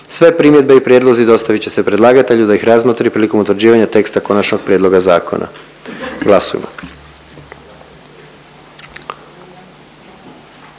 sve primjedbe i prijedlozi dostavit će se predlagatelju da ih razmotri prilikom utvrđivanja teksta konačnog prijedloga zakona. Glasujmo.